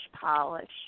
polish